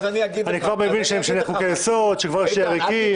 אני כבר מבין שאני עם חוקי יסוד, שיש עריקים.